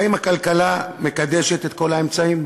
האם הכלכלה מקדשת את כל האמצעים?